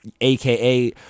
AKA